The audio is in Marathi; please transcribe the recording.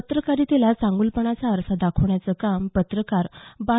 पत्रकारितेला चांगुलपणाचा आरसा दाखवण्याचं काम पत्रकार बा